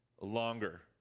longer